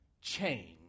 change